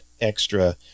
extra